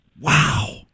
Wow